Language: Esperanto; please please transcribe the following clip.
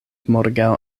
morgaŭ